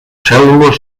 cèl·lules